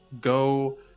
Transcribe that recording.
go